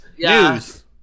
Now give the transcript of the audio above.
News